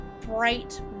bright